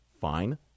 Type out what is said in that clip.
fine